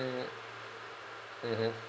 mmhmm